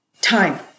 Time